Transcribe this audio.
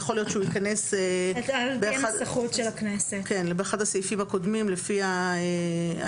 יכול להיות שהוא ייכנס באחד הסעיפים הקודמים לפי העניין.